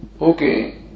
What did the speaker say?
Okay